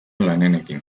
lanenekin